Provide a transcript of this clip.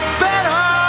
better